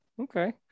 okay